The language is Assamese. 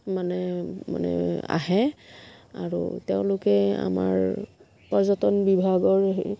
মানে মানে আহে আৰু তেওঁলোকে আমাৰ পৰ্যটন বিভাগৰ হেৰি